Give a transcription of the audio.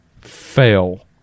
fail